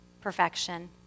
perfection